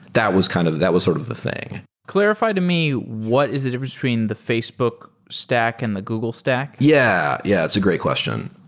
that was kind of that was sort of the thing clarify to me what is it between the facebook stack in the google stack. yeah. yeah it's a great question.